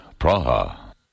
Praha